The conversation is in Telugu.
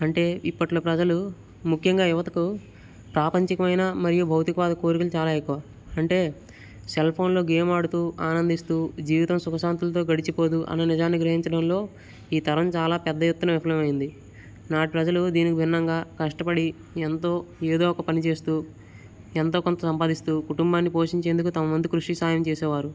అంటే ఇప్పటీలో ప్రజలు ముఖ్యంగా యువతకు ప్రాపంచకమైన మరియు భౌతికవాద కోరికలు చాలా ఎక్కువ అంటే సెల్ఫోన్లో గేమ్ ఆడుతూ ఆనందిస్తూ జీవితం సుఖశాంతులతో గడిచిపోదు అనే నిజాన్ని గ్రహించడంలో ఈ తరం చాలా పెద్ద ఎత్తున విఫలమైంది నాటి ప్రజలు దీనికి భిన్నంగా కష్టపడి ఎంతో ఏదో ఒక పని చేస్తూ ఎంతో కొంత సంపాదిస్తూ కుటుంబాన్ని పోషించేందుకు తమ వంతు కృషి సాయం చేసేవారు